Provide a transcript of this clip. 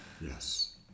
Yes